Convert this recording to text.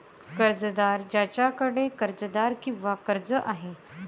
कर्जदार ज्याच्याकडे कर्जदार किंवा कर्ज आहे